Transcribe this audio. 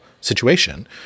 situation